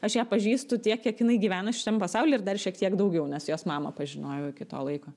aš ją pažįstu tiek kiek jinai gyvena šitam pasauly ir dar šiek tiek daugiau nes jos mamą pažinojau iki to laiko